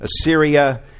Assyria